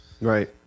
right